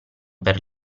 per